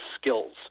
skills